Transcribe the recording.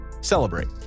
celebrate